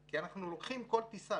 כי אנחנו לוקחים כל טיסה,